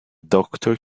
doctor